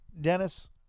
Dennis